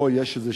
פה יש איזה,